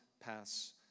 pass